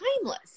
timeless